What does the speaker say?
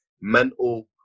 mental